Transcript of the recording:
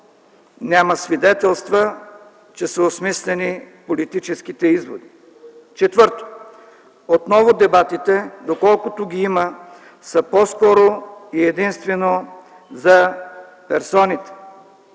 няма свидетелства, че са осмислени политическите изводи. Четвърто, отново дебатите, доколкото ги има, са по-скоро и единствено за персоните.